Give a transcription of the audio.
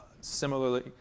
similarly